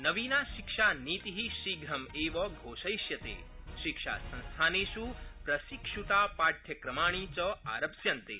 नवीनाशिक्षानीति शीघ्रमेव घोषयष्यिते शिक्षासंस्थानेषु प्रशिक्षुतापाठ्यक्रमाणि च आरप्स्यन्ते